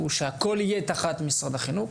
הוא שהכול יהיה תחת משרד החינוך,